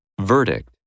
Verdict